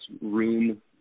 room